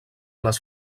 les